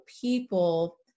people